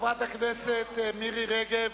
חברת הכנסת מירי רגב